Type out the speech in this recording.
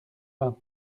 vingt